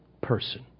person